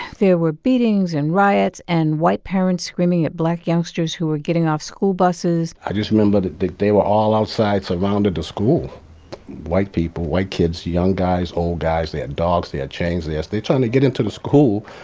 there were beatings and riots and white parents screaming at black youngsters who were getting off school buses i just remember that they they were all outside surrounding the school white people, white kids, young guys, old guys. they had dogs. they had chains. they were trying to get into the school.